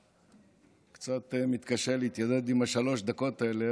אני קצת מתקשה להתיידד עם שלוש הדקות האלה,